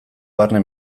barne